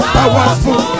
Powerful